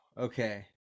okay